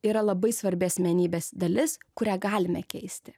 yra labai svarbi asmenybės dalis kurią galime keisti